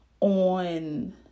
on